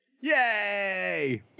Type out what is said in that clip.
Yay